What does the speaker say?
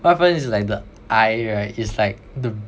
what happens is like the eye right is like the